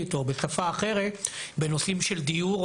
או בשפה אחרת - בנושאים של דיור,